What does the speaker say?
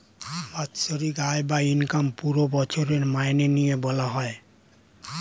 বাৎসরিক আয় বা ইনকাম পুরো বছরের মাইনে নিয়ে বলা হয়